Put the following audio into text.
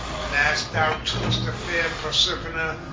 and as thou took'st the fair proserpina,